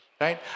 Right